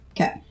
Okay